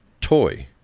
Toy